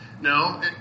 No